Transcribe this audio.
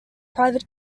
private